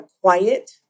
quiet